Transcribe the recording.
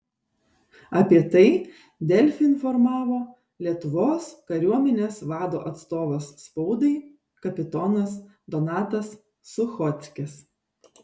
apie tai delfi informavo lietuvos kariuomenės vado atstovas spaudai kapitonas donatas suchockis